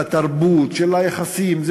התרבות, של היחסים.